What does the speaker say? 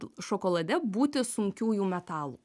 šokolade būti sunkiųjų metalų